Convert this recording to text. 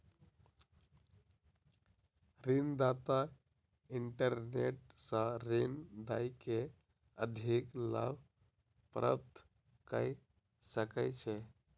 ऋण दाता इंटरनेट सॅ ऋण दय के अधिक लाभ प्राप्त कय सकै छै